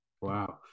Wow